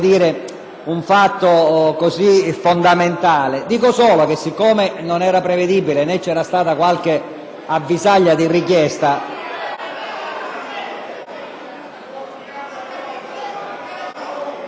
un fatto così fondamentale. Dico solo che siccome non era prevedibile, né c'era stata qualche avvisaglia di richiesta ...